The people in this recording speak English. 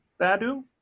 Badu